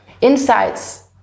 insights